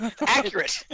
accurate